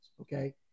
okay